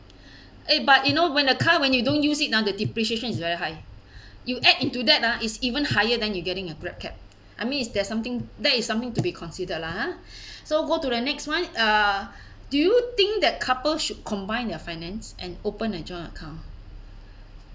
eh but you know when a car when you don't use it down the depreciation is very high you add into that is even higher then you getting a Grab cab I mean there's something that is something to be considered lah so go to the next one er do you think that couple should combine your finance and open a joint account